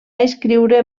escriure